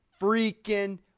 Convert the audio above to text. freaking